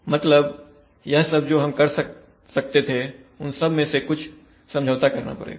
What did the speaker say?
मतलब यह सब जो हम कर सकते थे उन सब में से कुछ समझौता करना पड़ेगा